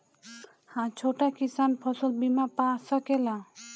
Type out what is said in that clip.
हा छोटा किसान फसल बीमा पा सकेला?